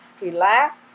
relax